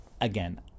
again